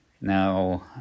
Now